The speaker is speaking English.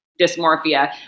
dysmorphia